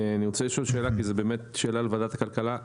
אני רוצה לשאול שאלה כי זו באמת שאלה לוועדת הכלכלה.